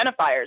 identifiers